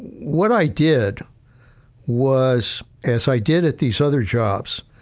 what i did was, as i did at these other jobs,